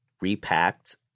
repacked